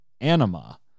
Anima